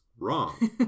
Wrong